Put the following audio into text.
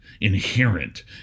inherent